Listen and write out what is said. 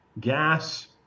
gas